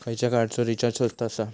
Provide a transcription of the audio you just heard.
खयच्या कार्डचा रिचार्ज स्वस्त आसा?